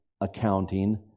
accounting